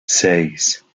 seis